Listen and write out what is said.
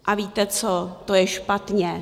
A víte co, to je špatně.